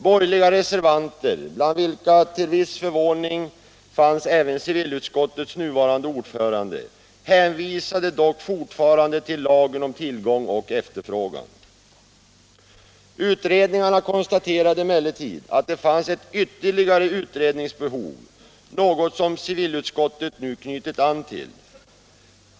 Borgerliga reservanter, bland vilka till viss förvåning fanns även civilutskottets nuvarande ordförande, hänvisade dock fortfarande till lagen om tillgång och efterfrågan. Utredningarna konstaterade emellertid att det fanns ett ytterligare utredningsbehov — något som civilutskottet nu knutit an till.